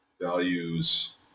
values